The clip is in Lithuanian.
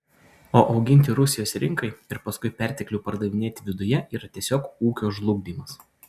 o auginti rusijos rinkai ir paskui perteklių pardavinėti viduje yra tiesiog ūkio žlugdymas